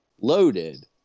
loaded